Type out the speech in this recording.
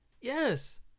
Yes